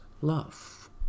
love